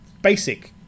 basic